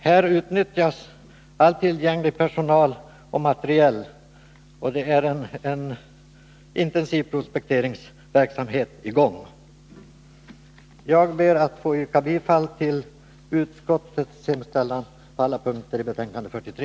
Här utnyttjas all tillgänglig personal och materiel, och det är en intensiv prospekteringsverksamhet som är i gång. Jag ber att få yrka bifall till utskottets hemställan på alla punkter i betänkande 43.